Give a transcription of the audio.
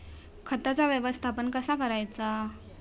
खताचा व्यवस्थापन कसा करायचा?